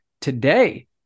today